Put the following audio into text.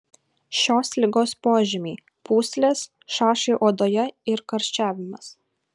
šios ligos požymiai pūslės šašai odoje ir karščiavimas